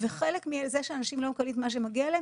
וחלק מזה שאנשים לא מקבלים את מה שמגיע להם,